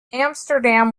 amsterdam